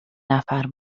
نفر